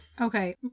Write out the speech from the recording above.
Okay